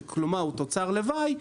שכלומר הוא תוצר לוואי,